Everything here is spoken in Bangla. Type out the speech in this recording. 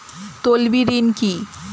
তলবি ঋন কি?